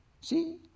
See